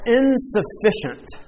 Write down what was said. insufficient